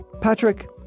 Patrick